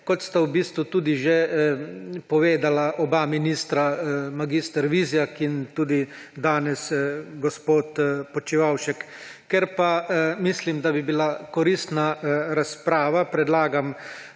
kot sta v bistvu tudi že povedala oba ministra, mag. Vizjak in tudi danes gospod Počivalšek. Ker pa mislim, da bi bila koristna razprava, predlagam